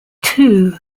two